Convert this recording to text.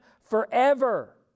forever